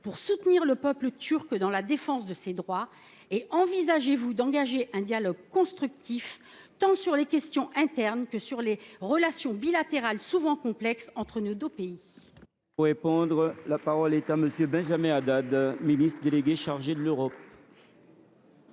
pour soutenir le peuple turc dans la défense de ses droits ? Envisagez vous d’engager un dialogue constructif tant sur les questions internes que sur les relations bilatérales, souvent complexes entre nos deux pays ?